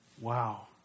Wow